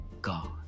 God